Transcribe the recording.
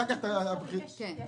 יש